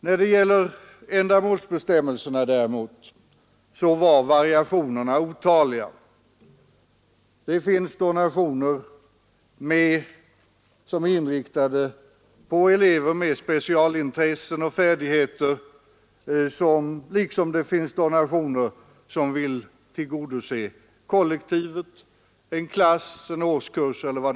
När det gäller ändamålsbestämmelserna däremot var variationerna otaliga. Det finns donationer som är inriktade på elever med speciella intressen och färdigheter, liksom det finns donationer som vill tillgodose kollektivet, en klass, en årskurs e. d.